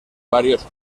varios